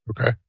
Okay